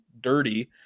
dirty